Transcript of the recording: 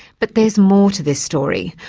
but there's more to this story,